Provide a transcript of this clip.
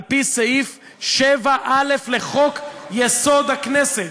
על-פי סעיף 7א לחוק-יסוד: הכנסת.